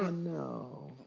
ah know.